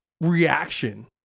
reaction